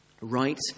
right